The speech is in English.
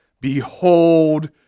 Behold